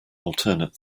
alternate